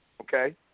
Okay